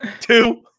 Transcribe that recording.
two